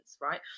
right